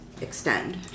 Extend